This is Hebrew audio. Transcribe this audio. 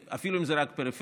אפילו אם זה רק פריפריה,